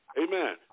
Amen